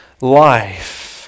life